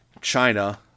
China